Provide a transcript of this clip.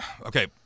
okay